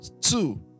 Two